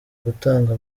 gutanga